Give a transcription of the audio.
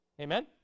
amen